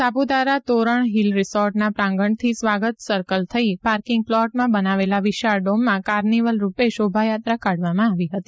Saputara Toran hill રિસોર્ટના પ્રાંગણથી સ્વાગત સર્કલ થઈ ર્પાક્રિંગ પ્લોટમાં બનાવેલા વિશાળ ડોમમાં કાર્નિવલ રૂપે શોભાયાત્રા કાઢવામાં આવી હતી